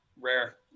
rare